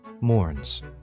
mourns